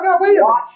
watch